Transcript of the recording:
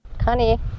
Honey